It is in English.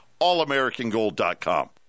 allamericangold.com